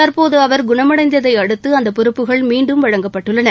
தற்போது அவர் குணமடைந்ததை அடுத்து அந்த பொறுப்புகள் மீண்டும் வழங்கப்பட்டுள்ளன